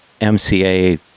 mca